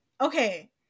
Okay